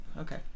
Okay